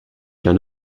qu’un